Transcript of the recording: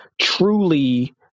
truly